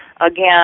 Again